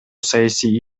саясий